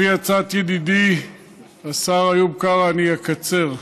לפי הצעת ידידי השר איוב קרא, אני אקצר.